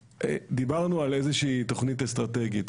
דיברנו על איזה שהיא תוכנית אסטרטגית,